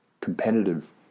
competitive